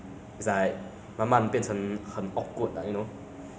of course when last time when you ah go out to meet them